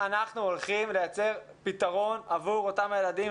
אנחנו הולכים לייצר פתרון עבור אותם הילדים,